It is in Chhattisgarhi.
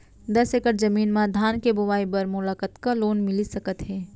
दस एकड़ जमीन मा धान के बुआई बर मोला कतका लोन मिलिस सकत हे?